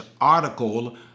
article